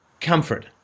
comfort